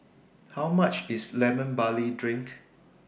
How much IS Lemon Barley Drink